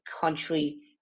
country